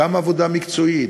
גם עבודה מקצועית,